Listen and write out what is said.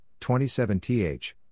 27TH